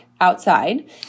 outside